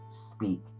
speak